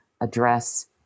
address